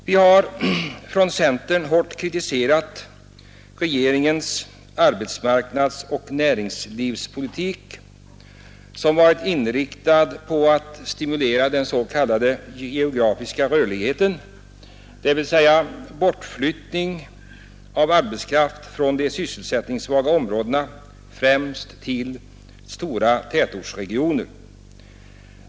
Vi har från centern hårt kritiserat regeringens arbetsmarknadsoch näringspolitik, som varit inriktad på att stimulera den s.k. geografiska rörligheten, dvs. bortflyttning av arbetskraft från de sysselsättningssvaga områdena, främst till stora tätortsregioner.